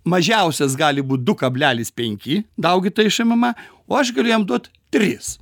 mažiausias gali būt du kablelis penki daugyta iš mma o aš galiu jam duot tris